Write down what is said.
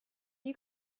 you